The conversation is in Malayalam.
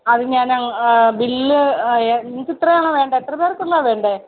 അത് ഞാൻ ബില്ല് എ നിങ്ങൾക്ക് ഇത്രയാണോ വേണ്ടത് എത്രപേർക്ക് ഉള്ളതാ വേണ്ടത്